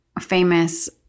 famous